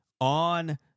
on